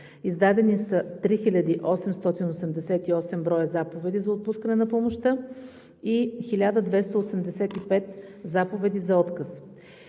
Издадени са 3888 броя заповеди за отпускане на помощта и 1285 заповеди за отказ.